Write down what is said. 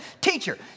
Teacher